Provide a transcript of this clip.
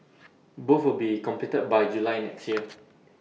both will be completed by July next year